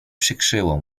przykrzyło